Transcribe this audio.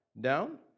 down